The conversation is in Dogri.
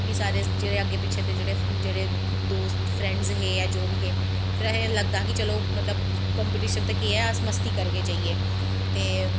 क्योंकि सारे अग्गैं पिच्छें दे जेह्ड़े दोस्त फ्रैंडस हे जैां जो बी हे फिर असेंगी लगदा हा कि चलो कंपिटिशन ते केह् ऐ अस मस्ती करगे जाईयै ते